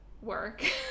work